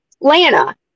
Lana